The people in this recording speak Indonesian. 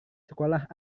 sekolah